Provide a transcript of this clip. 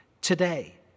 Today